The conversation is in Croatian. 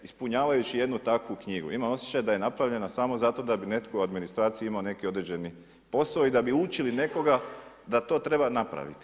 Ispunjavajući jednu takvu knjigu imam osjećaj da je napravljena samo zato da bi netko u administraciji imao neki određeni posao i da bi učili nekoga da to treba napraviti.